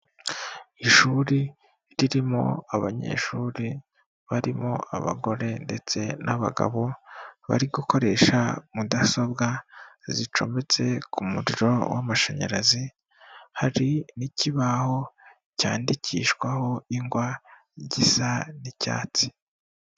Ishuri ririmo abanyeshuri barimo abagore ndetse n'abagabo, bari gukoresha mudasobwa zicometse ku muriro w'amashanyarazi, hari n'ikibaho cyandikishwaho ingwa gisa n'icyatsi.